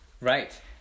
right